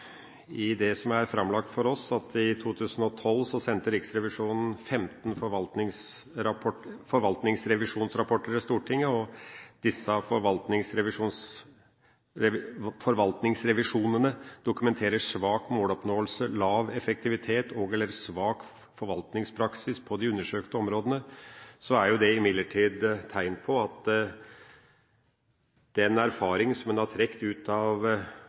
i det som er framlagt for oss, at i 2012 sendte Riksrevisjonen 15 forvaltningsrevisjonsrapporter til Stortinget, og disse forvaltningsrevisjonene dokumenterer svak måloppnåelse, lav effektivitet og/eller forvaltningspraksis på de undersøkte områdene, er jo det imidlertid tegn på at den erfaringa som en har trukket ut av